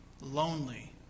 lonely